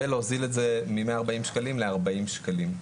ולהוזיל את זה מ-140 שקלים ל-40 שקלים,